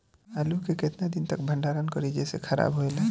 आलू के केतना दिन तक भंडारण करी जेसे खराब होएला?